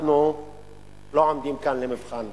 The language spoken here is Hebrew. אנחנו לא עומדים כאן למבחן,